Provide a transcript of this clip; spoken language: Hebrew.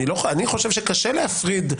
אני חושב שקשה להפריד.